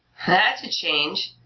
that's a change!